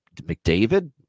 McDavid